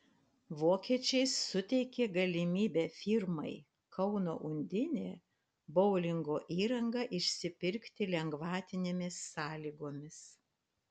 vokiečiai suteikė galimybę firmai kauno undinė boulingo įrangą išsipirkti lengvatinėmis sąlygomis